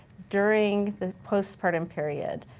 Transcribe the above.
during the postpartum period,